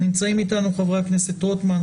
נמצאים אתנו חברי הכנסת רוטמן,